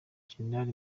jenerali